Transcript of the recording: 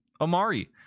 Omari